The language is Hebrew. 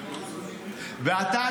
ואתה,